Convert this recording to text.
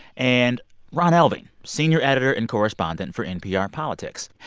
and ron elving, senior editor and correspondent for npr politics.